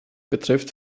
betrifft